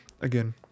again